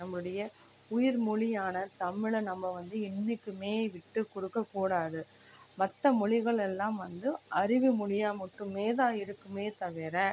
நம்முடைய உயிர் மொழியான தமிழை நம்ப வந்து என்றைக்குமே விட்டுக் கொடுக்கக்கூடாது மற்ற மொழிகள் எல்லாம் வந்து அறிவு மொழியாக மட்டுமே தான் இருக்குமே தவிர